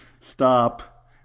Stop